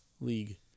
league